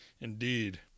indeed